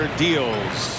deals